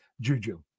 Juju